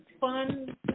fun